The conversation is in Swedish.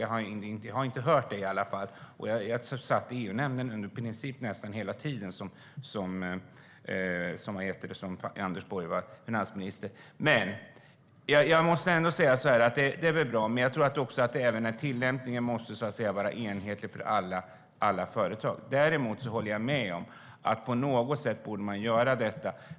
Jag hörde inte det i alla fall i EU-nämnden, och jag var ledamot där under i princip hela den tid som Anders Borg var finansminister. Även tillämpningen måste vara enhetlig för alla företag. Däremot håller jag med om att man på något sätt borde göra någonting åt detta.